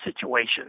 situation